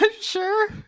Sure